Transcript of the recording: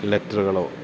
ലെറ്ററുകളോ